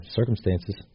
circumstances